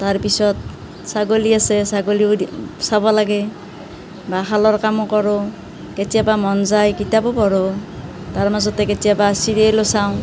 তাৰ পিছত ছাগলী আছে ছাগলীও চাব লাগে বা শালৰ কামো কৰোঁ কেতিয়াবা মন যায় কিতাপবো পঢ়ো তাৰ মাজতে কেতিয়াবা চিৰিয়েলো চাওঁ